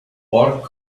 pork